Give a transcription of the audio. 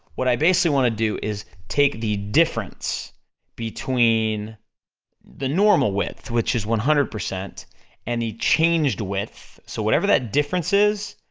what i basically wanna do is, take the difference between the normal width, which is one hundred, and the changed width, so whatever that difference is,